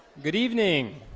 good evening,